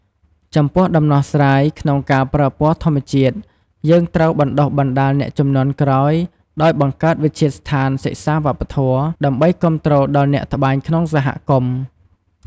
ចំពោះដំណោះស្រាយក្នុងការប្រើពណ៌ធម្មជាតិ យើងត្រូវបណ្ដុះបណ្ដាលអ្នកជំនាន់ក្រោយ ដោយបង្កើតវិទ្យាស្ថានសិក្សាវប្បធម៌ ដើម្បីគាំទ្រដល់អ្នកត្បាញក្នុងសហគមន៍។